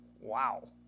Wow